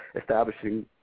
establishing